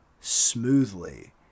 smoothly